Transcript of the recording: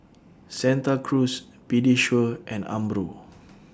Santa Cruz Pediasure and Umbro